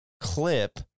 clip